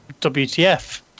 WTF